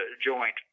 joint